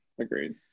agreed